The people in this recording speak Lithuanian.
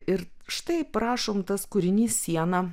ir štai prašom tas kūrinys siena